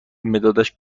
مدادش